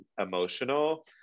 emotional